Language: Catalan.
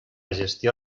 gestió